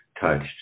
touched